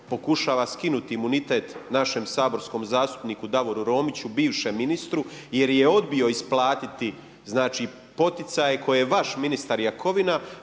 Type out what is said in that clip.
pokušava skinuti imunitet našem saborskom zastupniku Davoru Romiću, bivšem ministru jer je odbio isplatiti znači poticaje koje je vaš ministar Jakovina